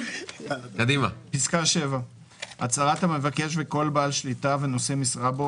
" הצהרת המבקש וכל בעל שליטה ונושא משרה בו,